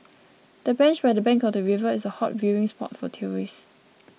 the bench by the bank of the river is a hot viewing spot for tourists